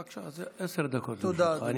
בבקשה, אז עשר דקות לרשותך.